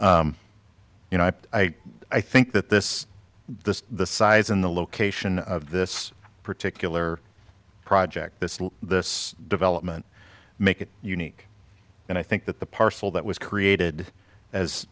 know i i think that this this the size and the location of this particular project this this development make it unique and i think that the parcel that was created as